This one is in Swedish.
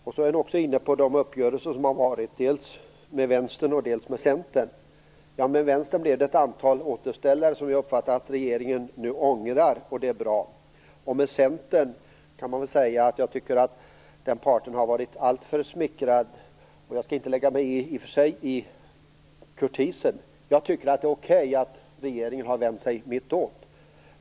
Arbetsmarknadsministern talade också om de uppgörelser som varit med Vänstern och med Centern. Med Vänstern blev det ett antal återställare som jag uppfattade att regeringen nu ångrar. Det är bra. När det gäller Centern vill jag säga att jag tycker att den parten har varit alltför smickrad. Jag skall inte lägga mig i kurtisen. Jag tycker att det är okej att regeringen har vänt sig ditåt.